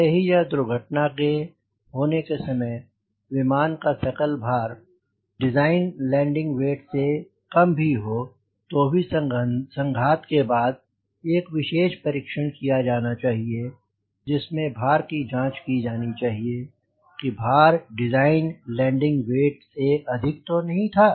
भले ही यह दुर्घटना के होने के समय विमान का सकल भार डिज़ाइन लैंडिंग वेट से कम भी हो तो भी इस संघात के बाद एक विशेष परीक्षण किया जाना चाहिए जिसमे भार की जांच की जानी चाहिए कि भार डिज़ाइन लैंडिंग वेट से अधिक तो नहीं था